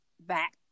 back